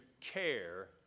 care